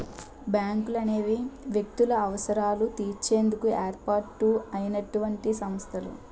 బ్యాంకులనేవి వ్యక్తుల అవసరాలు తీర్చేందుకు ఏర్పాటు అయినటువంటి సంస్థలు